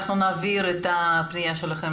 אנחנו נעביר את הפנייה שלכם,